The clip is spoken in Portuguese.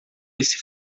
esse